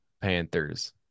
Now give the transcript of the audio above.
Panthers